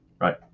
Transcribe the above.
Right